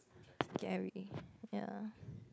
to get everything ya